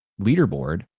leaderboard